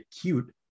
cute